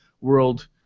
World